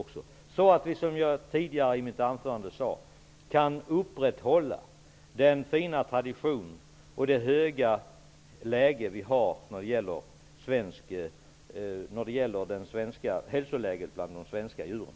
Då kan vi, som jag sade tidigare i mitt anförande, upprätthålla den fina tradition och den höga standard som vi har när det gäller hälsoläget bland de svenska djuren.